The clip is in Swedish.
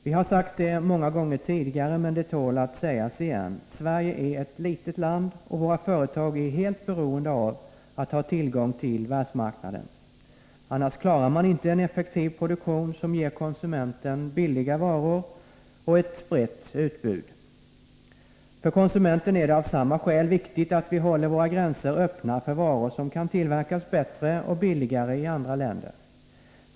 Vi har sagt det många gånger tidigare, men det tål att sägas igen: Sverige är ett litet land, och våra företag är helt beroende av att ha tillgång till världsmarknaden. Annars klarar man inte en effektiv produktion som ger konsumenten billiga varor och ett brett utbud. För konsumenten är det av samma skäl viktigt att vi håller våra gränser öppna för varor som kan tillverkas bättre och billigare i andra länder.